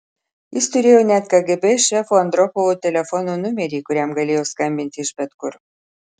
jis turėjo net kgb šefo andropovo telefono numerį kuriam galėjo skambinti iš bet kur